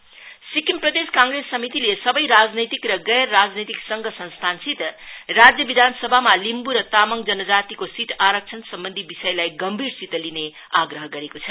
काँग्रेस सिक्किम प्रदेश काँग्रेस समितिले सबै राजनैतिक र गैर राज्नैतिक संघ संस्थानसित राज्य विधानसभामा लिम्बु र तामाङ जनजातिको सीट आरक्षण सम्वन्धी विषयलाई गम्भिरसित लिने आग्रह गरेको छ